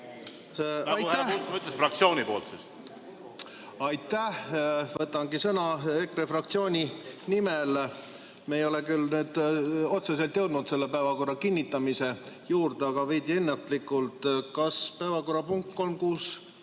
Aitäh! Võtangi sõna EKRE fraktsiooni nimel. Me ei ole küll otseselt jõudnud selle päevakorra kinnitamise juurde, aga veidi ennatlikult: kas päevakorrapunkt 366